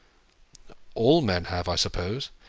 all men have, i suppose.